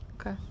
okay